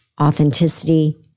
authenticity